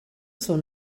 sôn